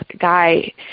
guy